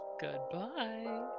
Goodbye